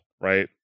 right